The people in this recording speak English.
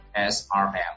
SRM